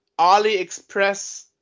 AliExpress